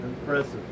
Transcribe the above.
Impressive